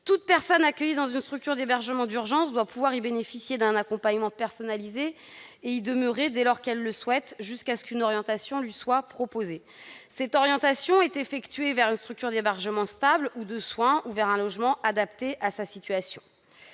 Toute personne accueillie dans une structure d'hébergement d'urgence doit pouvoir y bénéficier d'un accompagnement personnalisé et y demeurer, dès lors qu'elle le souhaite, jusqu'à ce qu'une orientation lui soit proposée. Cette orientation est effectuée vers une structure d'hébergement stable ou de soins, ou vers un logement, adaptés à sa situation.